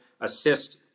assist